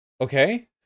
okay